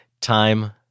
Time